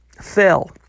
fell